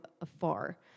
afar